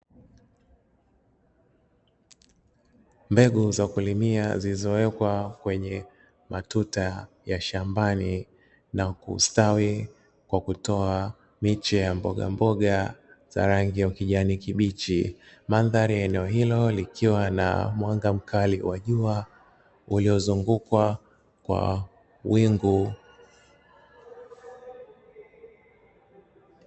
Mbegu za kulimia zilizowekwa kwenye matuta ya shambani na kustawi kwa kutoa miche ya Mbogamboga za rangi ya ukijani kibichi. Mandhari ya eneo hilo likiwa na mwanga mkali wa jua uliozungukwa kwa wingu.